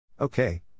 Okay